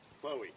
Chloe